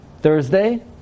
Thursday